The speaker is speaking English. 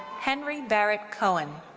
henry barrett cohen.